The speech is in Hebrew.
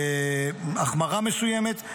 החמרה מסוימת.